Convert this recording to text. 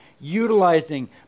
utilizing